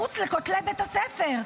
מחוץ לכותלי בית הספר.